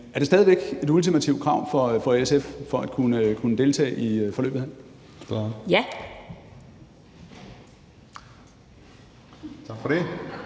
Er det stadig væk et ultimativt krav for SF for at kunne deltage i forløbet